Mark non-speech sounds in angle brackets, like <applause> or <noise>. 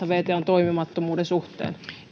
<unintelligible> wton toimimattomuuden suhteen